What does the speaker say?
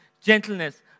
gentleness